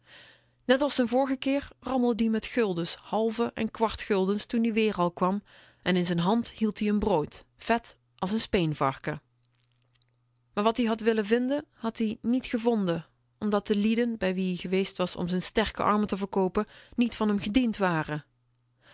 als den vorigen keer rammelde ie met guldens halve en kwart guldens toen-ie weerom kwam en in z'n hand hield-ie n brood vet als n speenvarken maar wat-ie had willen vinden had-ie niet gevonden omdat de lieden bij wie ie geweest was om z'n sterke armen te verkoopen niet van m gediend waren